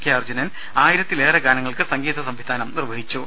K Arjunan ആയിരത്തിലേറെ ഗാനങ്ങൾക്ക് സംഗീത സംവിധാനം നിർവ്വഹിച്ചു